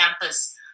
campus